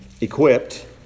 equipped